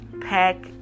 pack